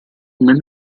nel